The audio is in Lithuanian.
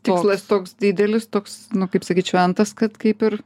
tikslas toks didelis toks nu kaip sakyt šventas kad kaip ir